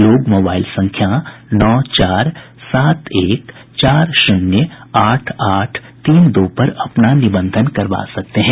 लोग mobile number नौ चार सात एक चार शून्य आठ आठ तीन दो पर अपना निबंधन करवा सकते हैं